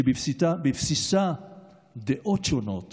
שבבסיסה דעות שונות